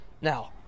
Now